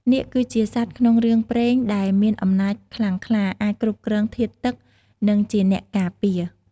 នាគ គឺជាសត្វក្នុងរឿងព្រេងដែលមានអំណាចខ្លាំងក្លា អាចគ្រប់គ្រងធាតុទឹក និងជាអ្នកការពារ។